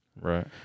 Right